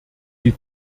sie